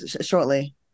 shortly